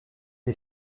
est